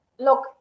Look